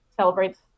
celebrates